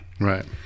Right